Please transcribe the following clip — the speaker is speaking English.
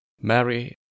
Mary